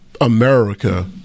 America